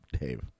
dave